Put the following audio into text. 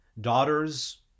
daughters